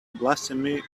blasphemy